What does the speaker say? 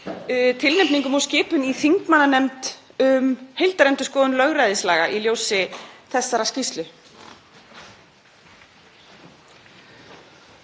tilnefningum og skipun í þingmannanefnd um heildarendurskoðun lögræðislaga í ljósi þessarar skýrslu.